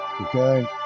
okay